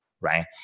right